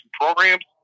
programs